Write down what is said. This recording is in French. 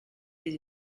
les